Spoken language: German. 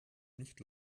nicht